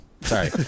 sorry